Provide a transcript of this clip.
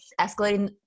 escalating